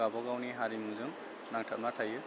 गावबागावनि हारिमुजों नांथाबना थायो